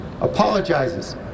apologizes